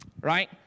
right